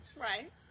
right